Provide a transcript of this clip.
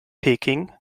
peking